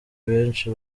benshi